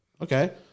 Okay